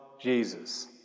Jesus